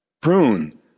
Prune